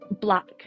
black